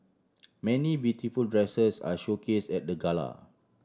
many beautiful dresses are showcase at the gala